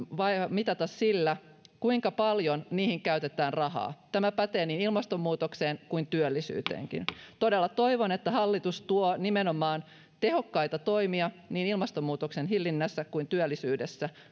mitata sillä kuinka paljon niihin käytetään rahaa tämä pätee niin ilmastonmuutokseen kuin työllisyyteenkin todella toivon että hallitus tuo nimenomaan tehokkaita toimia niin ilmastonmuutoksen hillinnässä kuin työllisyydessä